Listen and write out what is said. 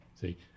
See